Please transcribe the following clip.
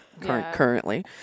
currently